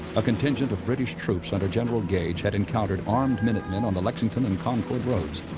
a contingent of british troops under general gage had encountered armed minutemen on the lexington and concord roads.